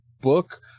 book